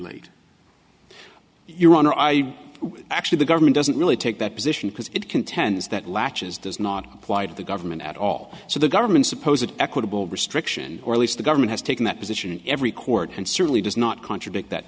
late your honor i actually the government doesn't really take that position because it contends that latches does not apply to the government at all so the government's supposed equitable restriction or at least the government has taken that position in every court and certainly does not contradict that